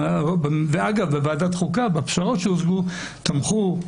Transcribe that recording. אגב, בוועדת חוקה, בפשרות שהוצגו, תמכו,